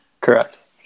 Correct